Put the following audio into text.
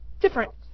different